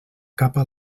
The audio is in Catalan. capa